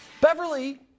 Beverly